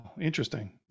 Interesting